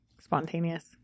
Spontaneous